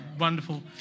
wonderful